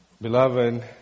Beloved